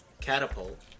catapult